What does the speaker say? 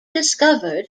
discovered